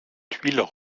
tuiles